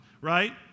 right